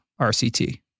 RCT